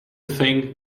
thing